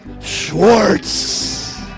Schwartz